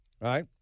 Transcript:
Right